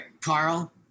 Carl